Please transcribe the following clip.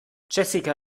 jessica